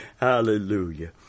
Hallelujah